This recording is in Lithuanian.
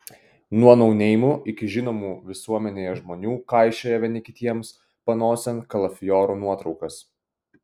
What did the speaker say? nuo nouneimų iki žinomų visuomenėje žmonių kaišioja vieni kitiems panosėn kalafiorų nuotraukas